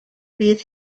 bydd